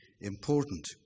important